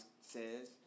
says